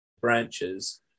branches